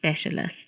Specialist